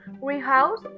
greenhouse